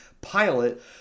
pilot